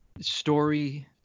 story